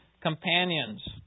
companions